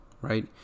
right